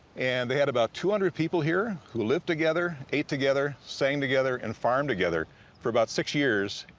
and they had about two hundred people here who lived together, ate together, sang together, and farmed together for about six years.